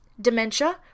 dementia